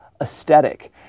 aesthetic